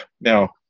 Now